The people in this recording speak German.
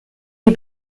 die